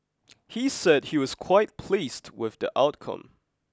he said he was quite pleased with the outcome